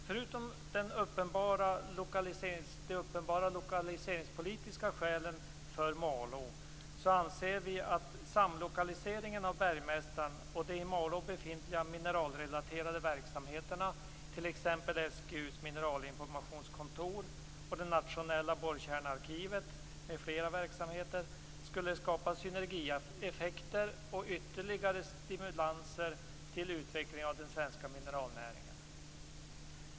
Förutom de uppenbara lokaliseringspolitiska skälen för Malå anser vi att en samlokalisering av bergmästaren och de i Malå befintliga mineralrelaterade verksamheterna, t.ex. SGU:s mineralinformationskontor och det nationella borrkärnearkivet med flera verksamheter, skulle skapa synergieffekter och ytterligare stimulanser till utveckling av den svenska mineralnäringen.